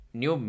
new